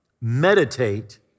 meditate